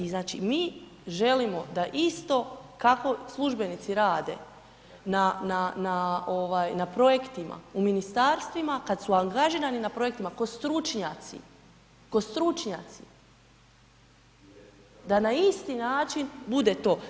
I znači mi želimo da isto kako službenici rade na ovaj projektima u ministarstvima, kad su angažirani na projektima ko stručnjaci, ko stručnjaci, da na isti način bude to.